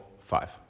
Five